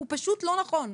הוא פשוט לא נכון.